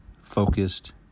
focused